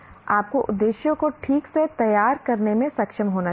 आपको उद्देश्यों को ठीक से तैयार करने में सक्षम होना चाहिए